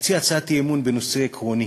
להציע הצעת אי-אמון בנושא עקרוני,